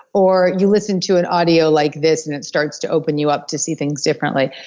or you listen to an audio like this and it starts to open you up to see things differently.